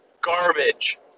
garbage